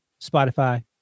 Spotify